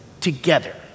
together